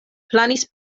planis